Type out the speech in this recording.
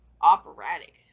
operatic